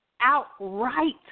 outright